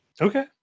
Okay